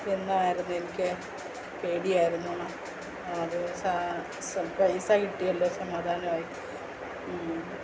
എന്നായിരുന്നു എനിക്കെ പേടിയായിരുന്നു അത് പൈസ കിട്ടിയല്ലോ സമാധാനമായി